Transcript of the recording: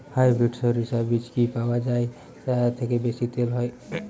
Hybrid শরিষা বীজ কি পাওয়া য়ায় যা থেকে বেশি তেল হয়?